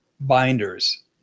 binders